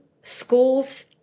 schools